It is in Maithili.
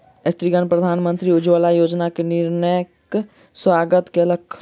स्त्रीगण प्रधानमंत्री उज्ज्वला योजना के निर्णयक स्वागत कयलक